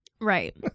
Right